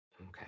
Okay